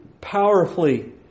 powerfully